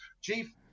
chief